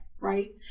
right